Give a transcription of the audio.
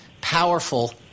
powerful